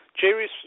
Jerry's